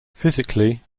physically